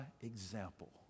example